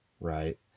Right